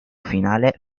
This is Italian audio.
finale